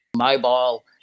mobile